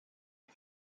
die